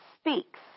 speaks